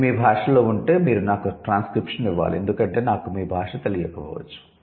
ఇది మీ భాషలో ఉంటే మీరు నాకు ట్రాన్స్క్రిప్షన్ ఇవ్వాలి ఎందుకంటే నాకు మీ భాష తెలియకపోవచ్చు